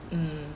mm